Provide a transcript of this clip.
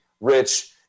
Rich